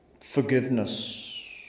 forgiveness